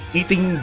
eating